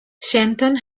stanton